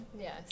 Yes